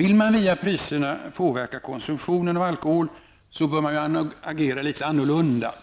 Om man via priserna vill påverka konsumtionen av alkohol bör man agera litet annorlunda.